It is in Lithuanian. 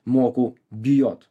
mokau bijot